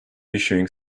issuing